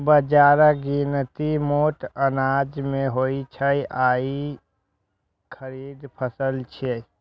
बाजराक गिनती मोट अनाज मे होइ छै आ ई खरीफ फसल छियै